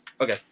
Okay